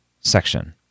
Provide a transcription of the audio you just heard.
section